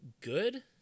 good